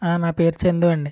నా పేరు చందు అండి